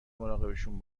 مراقبشون